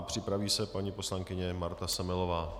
Připraví se paní poslankyně Marta Semelová.